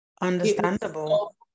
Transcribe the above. understandable